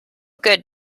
good